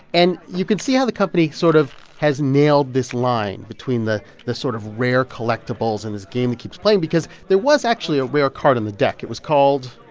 and you could see how the company sort of has nailed this line between the the sort of rare collectibles and this game that keeps playing because there was actually a rare card in the deck. it was called.